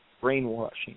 brainwashing